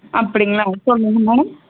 அப்படிங்களா சொல்லுங்க மேடம்